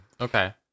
Okay